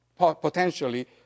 potentially